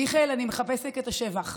מיכאל, אני מחפשת את השבח.